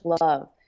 love